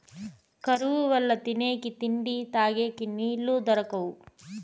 కరువు వల్ల తినేకి తిండి, తగేకి నీళ్ళు దొరకవు